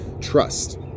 trust